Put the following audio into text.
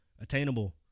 attainable